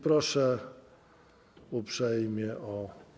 Proszę uprzejmie o.